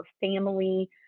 family